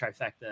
trifecta